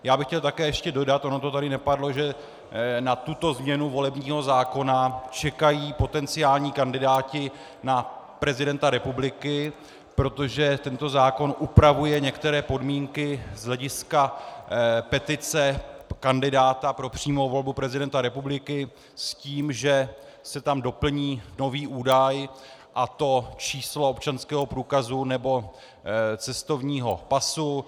Já bych chtěl také ještě dodat, ono to tady nepadlo, že na tuto změnu volebního zákona čekají potenciální kandidáti na prezidenta republiky, protože tento zákon upravuje některé podmínky z hlediska petice kandidáta pro přímou volbu prezidenta republiky s tím, že se tam doplní nový údaj, a to číslo občanského průkazu nebo cestovního pasu.